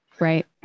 Right